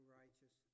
righteous